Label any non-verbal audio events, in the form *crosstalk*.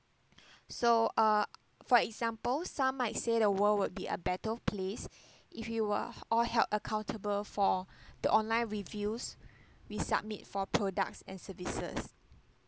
so uh for example some might say the world would be a better place *breath* if you are all held accountable for the online reviews we submit for products and services